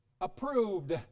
approved